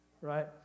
right